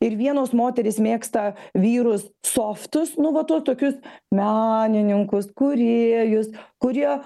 ir vienos moterys mėgsta vyrus softus nu va tuos tokius menininkus kūrėjus kurie